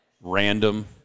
random